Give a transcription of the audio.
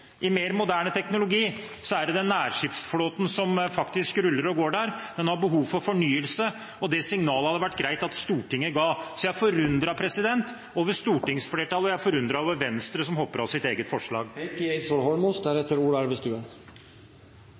i mer moderne teknologi, så er det den nærskipsflåten som faktisk ruller og går der. Den har behov for fornyelse, og det signalet hadde det vært greit at Stortinget ga. Så jeg er forundret over stortingsflertallet, og jeg er forundret over Venstre, som hopper av sitt eget forslag.